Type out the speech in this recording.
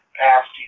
past